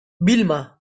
vilma